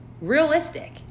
Realistic